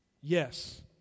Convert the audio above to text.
Yes